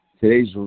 Today's